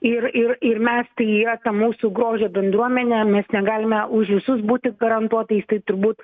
ir ir ir mes tai yra ta mūsų grožio bendruomenė mes negalime už visus būti garantuotais tai turbūt